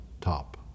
top